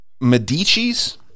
medicis